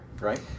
right